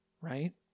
right